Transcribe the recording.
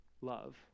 love